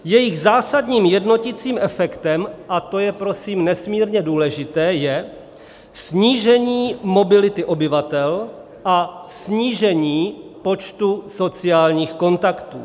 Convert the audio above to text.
Jejich zásadním jednoticím efektem, a to je prosím nesmírně důležité, je snížení mobility obyvatel a snížení počtu sociálních kontaktů.